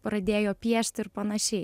pradėjo piešt ir panašiai